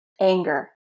anger